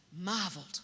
marveled